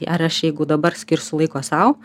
ar aš jeigu dabar skirsiu laiko sau